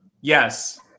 Yes